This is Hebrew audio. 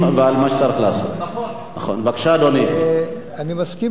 אני מסכים אתך שזה מרכיב אחד,